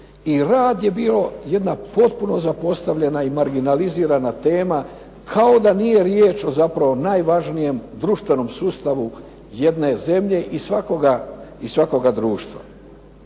i rad je bio jedna potpuno zapostavljena i marginalizirana tema kao da nije riječ o zapravo najvažnijem društvenom sustavu jedne zemlje i svakoga društva.